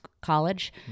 college